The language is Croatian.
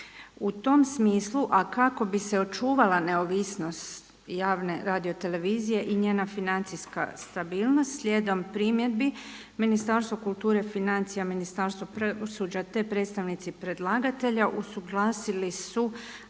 U tom smislu, a kako bi se očuvala neovisnost javne radiotelevizije i njena financijska stabilnost slijedom primjedbi Ministarstvo kulture, financija, Ministarstvo pravosuđa, te predstavnici predlagatelja usuglasili su